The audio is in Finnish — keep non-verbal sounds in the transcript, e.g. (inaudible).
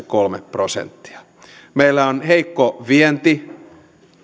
(unintelligible) kolme prosenttia meillä on heikko vienti